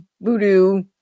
voodoo